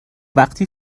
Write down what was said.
وقتی